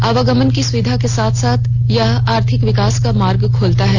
आवागमन की सुविधा के साथ साथ यह आर्थिक विकास का मार्ग खोलता है